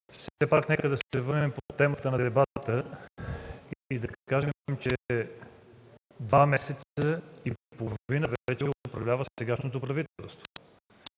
Все пак нека да се върнем към темата на дебата и да кажем, че два месеца и половина вече управлява сегашното правителство.